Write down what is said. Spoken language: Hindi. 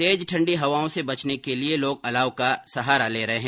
तेज ठंडी हवाओं से बचने के लिए लोग अलाव का सहारा ले रहे हैं